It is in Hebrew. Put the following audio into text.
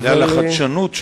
בגלל החדשנות שבו.